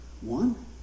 one